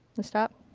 the stop.